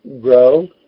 grow